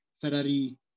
Ferrari